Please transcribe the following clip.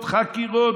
חקירות,